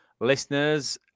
listeners